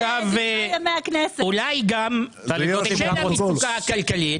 אולי גם בשל המצוקה הכלכלית,